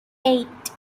eight